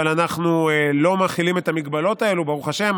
אבל אנחנו לא מחילים את ההגבלות האלה, ברוך השם.